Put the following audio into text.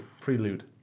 prelude